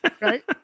right